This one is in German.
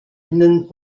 innen